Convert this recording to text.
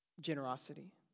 Generosity